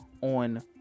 on